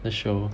the show